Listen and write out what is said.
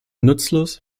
nutzlos